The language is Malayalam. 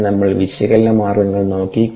പിന്നെ നമ്മൾ വിശകലന മാർഗ്ഗങ്ങൾ നോക്കി